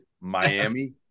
Miami